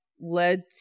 led